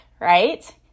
right